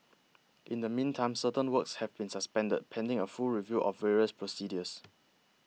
in the meantime certain works have been suspended pending a full review of various procedures